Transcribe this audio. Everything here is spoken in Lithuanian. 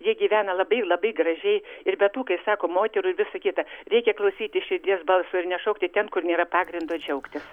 jie gyvena labai labai gražiai ir be tų kai sako moterų ir visa kita reikia klausytis širdies balso ir nešokti ten kur nėra pagrindo džiaugtis